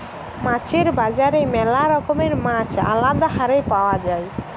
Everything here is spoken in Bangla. মাছের বাজারে ম্যালা রকমের মাছ আলদা হারে পাওয়া যায়